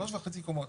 שלוש וחצי קומות.